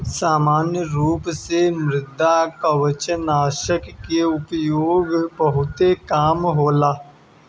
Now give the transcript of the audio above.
सामान्य रूप से मृदुकवचनाशक के उपयोग बहुते कम होला